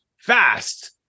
fast